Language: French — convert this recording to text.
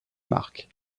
marques